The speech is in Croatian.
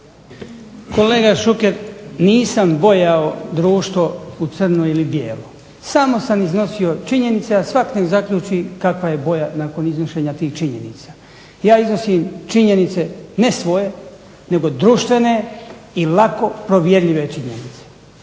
Kolega Šuker, nisam bojao društvo u crno ili bijelo samo sam iznosio činjenice, a svak' nek' zaključi kakva je boja nakon iznošenja tih činjenica. Ja iznosim činjenice ne svoje, nego društvene i lako provjerljive činjenice.